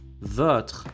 Votre